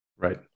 Right